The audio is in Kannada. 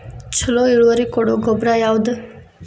ಛಲೋ ಇಳುವರಿ ಕೊಡೊ ಗೊಬ್ಬರ ಯಾವ್ದ್?